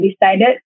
decided